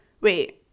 Wait